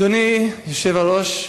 אדוני יושב-הראש,